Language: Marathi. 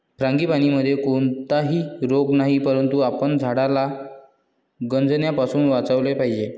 फ्रांगीपानीमध्ये कोणताही रोग नाही, परंतु आपण झाडाला गंजण्यापासून वाचवले पाहिजे